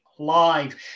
live